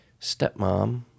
stepmom